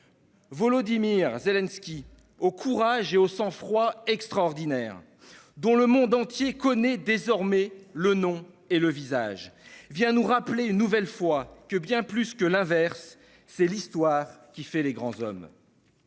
Volodymyr Zelensky, au courage et au sang-froid extraordinaires, et dont le monde entier connaît désormais le nom et le visage, vient nous rappeler une nouvelle fois que, bien plus que l'inverse, c'est l'Histoire qui fait les grands hommes.